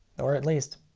or at least,